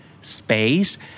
space